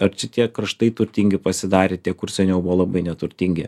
ar šitie kraštai turtingi pasidarė tie kur seniau buvo labai neturtingi